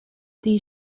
dtí